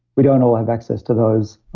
we don't all have access to those,